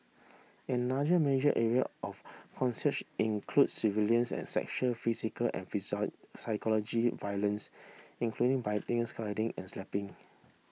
another major area of coercion include surveillance and sexual physical and psychological violence including biting scalding and slapping